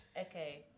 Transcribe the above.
Okay